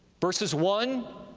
verses one,